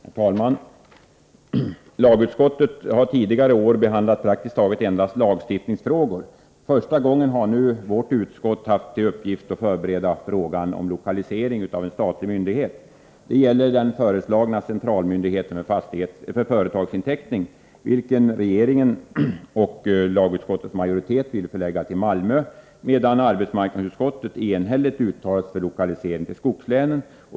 Herr talman! Lagutskottet har tidigare år behandlat praktiskt taget endast lagstiftningsfrågor. För första gången har nu vårt utskott haft till uppgift att bereda frågan om lokalisering av en ny statlig myndighet. Det gäller den föreslagna centralmyndigheten för företagsinteckning, vilken regeringen och lagutskottets majoritet vill förlägga till Malmö, medan arbetsmarknadsutskottet enhälligt uttalat sig för lokalisering till skogslänen.